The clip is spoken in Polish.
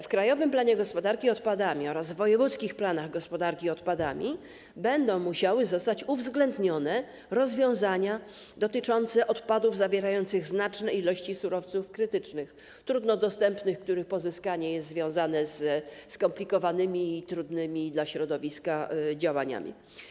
W „Krajowym planie gospodarki odpadami” oraz wojewódzkich planach gospodarki odpadami będą musiały zostać uwzględnione rozwiązania dotyczące odpadów zawierających znaczne ilości surowców krytycznych, trudno dostępnych, których pozyskanie jest związane ze skomplikowanymi i trudnymi dla środowiska działaniami.